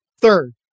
Third